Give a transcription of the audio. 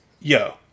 yo